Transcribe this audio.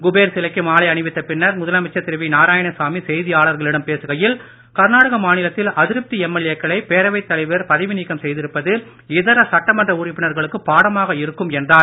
குபேர் சிலைக்கு மாலை அணிவித்த பின்னர் முதலமைச்சர் திரு வி நாராயணசாமி செய்தியாளர்களிடம் பேசுகையில் கர்நாடக மாநிலத்தில் அதிருப்தி எம்எல்ஏ க்களை பேரவைத் செய்திருப்பது நீக்கம் தலைவர் பதவி இதர உறுப்பினர்களுக்குப் பாடமாக இருக்கும் என்றார்